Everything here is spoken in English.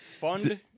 Fund